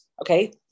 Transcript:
Okay